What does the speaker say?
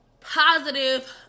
positive